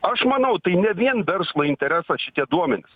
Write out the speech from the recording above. aš manau tai ne vien verslo interesas šitie duomenys